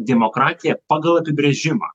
demokratija pagal apibrėžimą